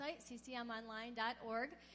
ccmonline.org